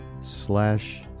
slash